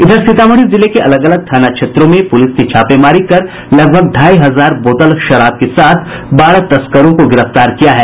इधर सीतामढ़ी जिले के अलग अलग थाना क्षेत्रों में पुलिस ने छापेमारी कर लगभग ढ़ाई हजार बोतल शराब के साथ बारह तस्करों को गिरफ्तार किया है